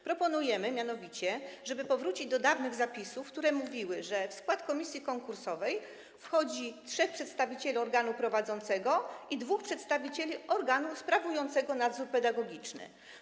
Proponujemy mianowicie, żeby powrócić do dawnych zapisów, które mówiły, że w skład komisji konkursowej wchodzi trzech przedstawicieli organu prowadzącego i dwóch przedstawicieli organu sprawującego nadzór pedagogiczny.